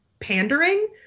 pandering